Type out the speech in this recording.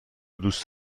دوست